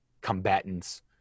combatants